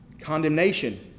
Condemnation